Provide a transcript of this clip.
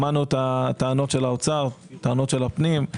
שמענו את טענות האוצר, טענות הפנים.